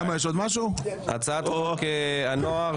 לעמוד?